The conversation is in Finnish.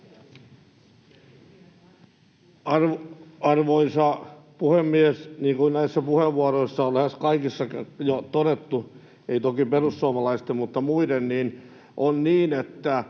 Arvoisa puhemies! Niin kuin näistä puheenvuoroista lähes kaikissa on jo todettu — ei toki perussuomalaisten, mutta muiden — on niin, että